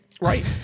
Right